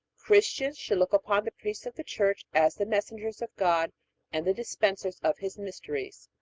christians should look upon the priests of the church as the messengers of god and the dispensers of his mysteries.